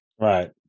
Right